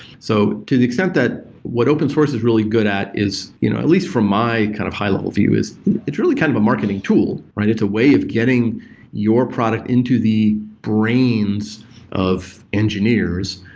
so to the extent that what open source is really good at is you know at least from my kind of high-level view, is it's really kind of a marketing tool. it's a way of getting your product into the brains of engineers,